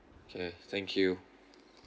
okay thank you